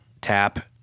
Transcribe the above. tap